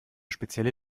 spezielle